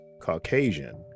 Caucasian